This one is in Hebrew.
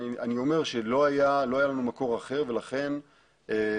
אני אומר שלא היה לנו מקור אחר ולכן חוף